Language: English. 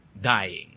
dying